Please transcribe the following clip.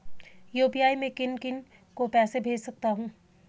UPI से मैं किन किन को पैसे भेज सकता हूँ?